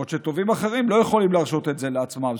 בעוד תובעים אחרים לא יכולים להרשות את זה לעצמם.